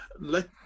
let